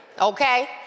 okay